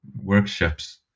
workshops